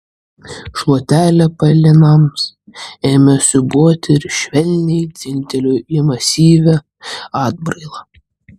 šluotelė pelenams ėmė siūbuoti ir švelniai dzingtelėjo į masyvią atbrailą